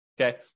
okay